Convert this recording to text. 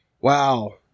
Wow